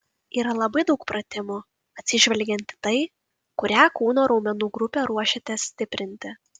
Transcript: yra labai daug pratimų atsižvelgiant į tai kurią kūno raumenų grupę ruošiatės stiprinti